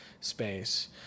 space